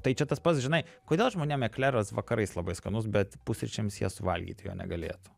tai čia tas pats žinai kodėl žmonėm ekleras vakarais labai skanus bet pusryčiams jie suvalgyt jo negalėtų